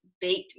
baked